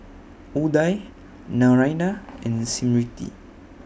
Udai Naraina and Smriti